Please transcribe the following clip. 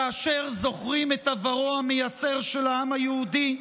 כאשר זוכרים את עברו המייסר של העם היהודי?